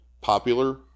popular